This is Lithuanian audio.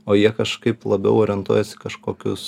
o jie kažkaip labiau orientuojas į kažkokius